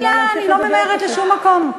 אני לא ממהרת לשום מקום.